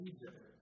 Egypt